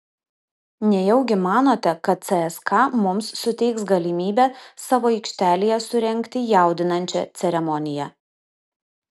nejaugi manote kad cska mums suteiks galimybę savo aikštelėje surengti jaudinančią ceremoniją